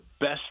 best